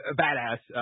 badass